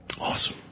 Awesome